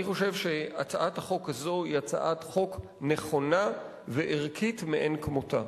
אני חושב שהצעת החוק הזאת היא הצעת חוק נכונה וערכית מאין כמותה.